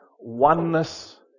oneness